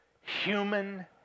human